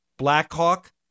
Blackhawk